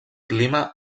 clima